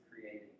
creating